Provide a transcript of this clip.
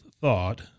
thought